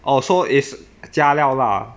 oh so is 加料啦